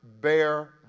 bear